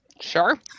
Sure